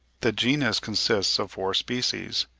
the genus consists of four species,